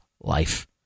life